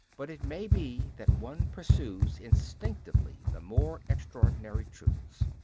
but it may be that one pursues instinctively the more extraordinary truths.